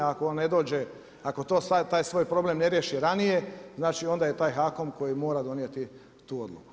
A ako ne dođe, ako taj svoj problem ne riješi ranije, znači onda je taj HAKOM koji mora donijeti tu odluku.